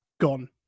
gone